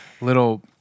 little